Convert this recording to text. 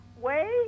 Wait